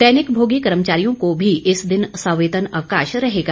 दैनिक भोगी कर्मचारियों को भी इस दिन सवेतन अवकाश रहेगा